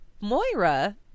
Moira